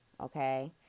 okay